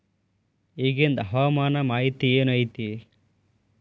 ಇಗಿಂದ್ ಹವಾಮಾನ ಮಾಹಿತಿ ಏನು ಐತಿ?